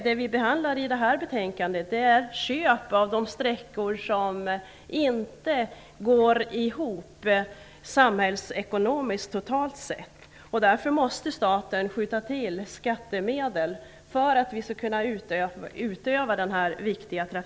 Det som behandlas i betänkandet är köp av de sträckor som totalt sett inte går ihop samhällsekonomiskt och för vilka staten därför måste skjuta till skattemedel för att den här viktiga trafiken skall kunna fungera.